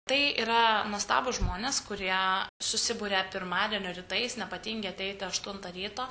tai yra nuostabūs žmonės kurie susiburia pirmadienio rytais nepatingi ateiti aštuntą ryto